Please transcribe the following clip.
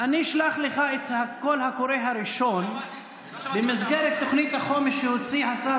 אני אשלח לך את הקול קורא הראשון במסגרת תוכנית החומש שהוציא השר